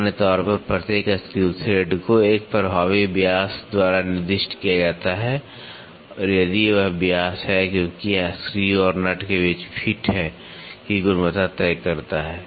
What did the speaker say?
सामान्य तौर पर प्रत्येक स्क्रू थ्रेड को एक प्रभावी व्यास द्वारा निर्दिष्ट किया जाता है या यदि यह व्यास है क्योंकि यह स्क्रू और नट के बीच फिट की गुणवत्ता तय करता है